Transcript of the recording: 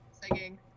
Singing